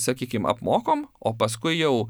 sakykim apmokom o paskui jau